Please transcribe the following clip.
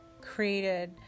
created